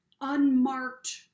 unmarked